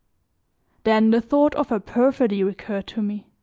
then the thought of her perfidy recurred to me.